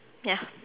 ya